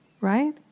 right